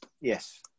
Yes